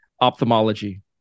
ophthalmology